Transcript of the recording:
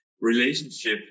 relationship